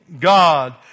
God